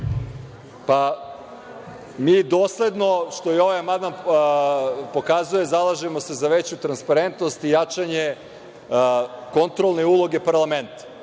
Mi dosledno, što je ovaj amandman i pokazuje zalažemo se za veću transparentnost i jačanje kontrolne uloge parlamenta.